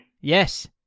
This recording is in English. Yes